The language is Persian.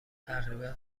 تقریبا